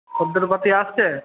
খদ্দের পাতি আসছে